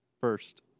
First